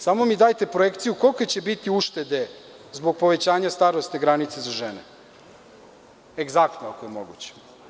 Samo mi dajte projekciju – kolike će biti uštede zbog povećanja starosne granice za žene, egzaktno, ako je moguće?